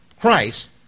Christ